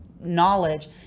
knowledge